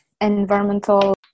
environmental